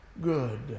good